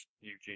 Eugene